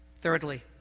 Thirdly